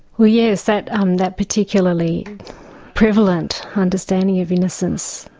well yes that um that particularly prevalent understanding of innocence,